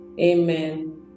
Amen